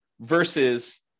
versus